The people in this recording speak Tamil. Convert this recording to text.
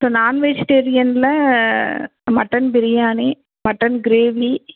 ஸோ நாண் வெஜிடேரியனில் மட்டன் பிரியாணி மட்டன் கிரேவி